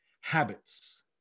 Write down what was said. habits